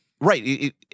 right